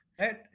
Right